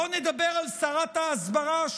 בואו נדבר על שרת ההסברה,